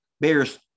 bears